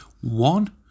One